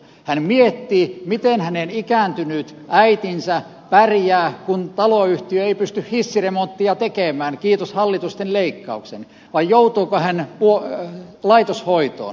hän miettii miten hänen ikääntynyt äitinsä pärjää kun taloyhtiö ei pysty hissiremonttia tekemään kiitos hallituksen leikkausten joutuuko tämä iäkäs äiti laitoshoitoon